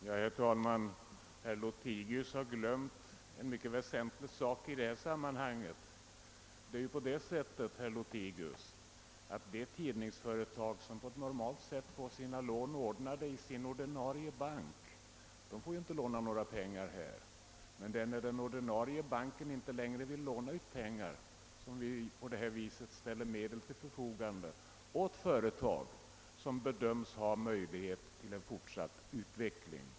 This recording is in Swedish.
Herr talman! Herr Lothigius har glömt en mycket väsentlig sak i det här sammanhanget, nämligen att fonden inte har tillkommit med tanke på de tidningsföretag som får sina lån ordnade på normalt sätt. Det är när den ordinarie banken inte vill låna ut pengar som vi på det här viset ställer medel till förfogande åt företag som bedöms ha möjlighet till en fortsatt utveckling.